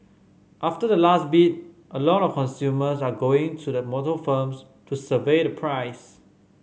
after the last bid a lot of consumers are going to the motor firms to survey the price